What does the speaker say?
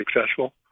successful